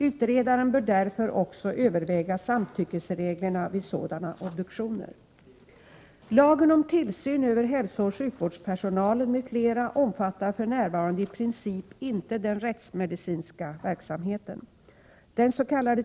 Utredaren bör därför också överväga samtyckesreglerna vid sådana obduktioner.” Lagen om tillsyn över hälsooch sjukvårdspersonalen m.fl. omfattar för närvarande i princip inte den rättsmedicinska verksamheten.